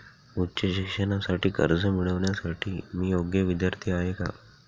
उच्च शिक्षणासाठी कर्ज मिळविण्यासाठी मी योग्य विद्यार्थी आहे का?